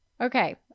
Okay